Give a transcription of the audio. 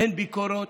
אין ביקורות,